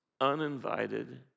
uninvited